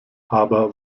aber